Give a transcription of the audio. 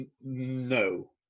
no